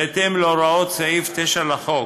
בהתאם להוראת סעיף 9 לחוק,